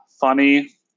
funny